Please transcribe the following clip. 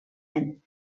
any